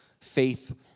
Faith